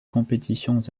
compétitions